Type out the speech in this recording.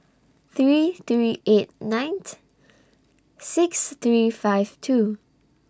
three three eight nine six three five two